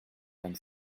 vingt